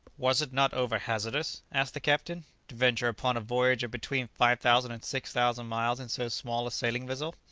was it not over hazardous, asked the captain, to venture upon a voyage of between five thousand and six thousand miles in so small a sailing-vessel?